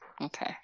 Okay